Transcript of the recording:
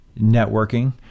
networking